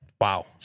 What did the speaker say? Wow